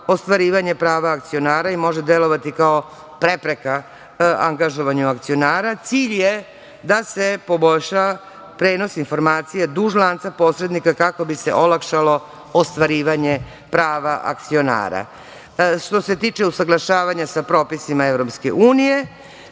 ostvarivanje prava akcionara i može delovati kao prepreka angažovanju akcionara. Cilj je da se poboljša prenos informacija duž lanca posrednika, kako bi se olakšalo ostvarivanje prava akcionara. Što se tiče usaglašavanja sa propisima EU,